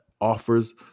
offers